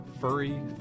furry